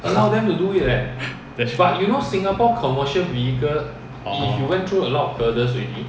that's true orh